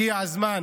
הגיע הזמן